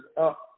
up